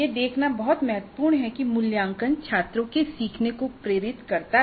यह देखना बहुत महत्वपूर्ण है कि मूल्यांकन छात्रों के सीखने को प्रेरित करता है